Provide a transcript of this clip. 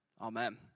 Amen